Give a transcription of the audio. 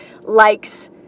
likes